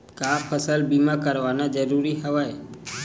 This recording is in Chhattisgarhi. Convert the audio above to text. का फसल बीमा करवाना ज़रूरी हवय?